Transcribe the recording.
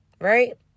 Right